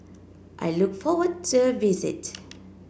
I look forward to the visit